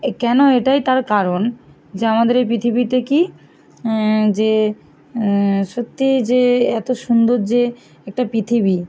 এ কেন এটাই তার কারণ যা আমাদের এই পৃথিবীতে কি যে সত্যিই যে এত সুন্দর যে একটা পৃথিবী